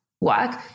work